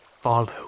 follow